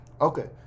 Okay